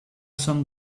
some